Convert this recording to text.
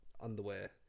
underwear